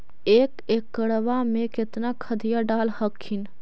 एक एकड़बा मे कितना खदिया डाल हखिन?